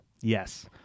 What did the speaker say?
Yes